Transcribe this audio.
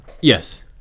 Yes